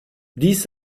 dix